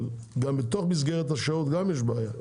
אבל גם בתוך מסגרת השעות יש בעיה.